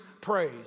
praise